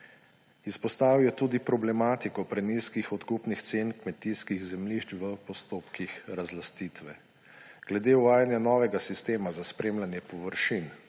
Izpostavil je tudi problematiko prenizkih odkupnih cen kmetijskih zemljišč v postopkih razlastitve. Glede uvajanja novega sistema za spremljanje površin,